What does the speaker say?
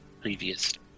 previous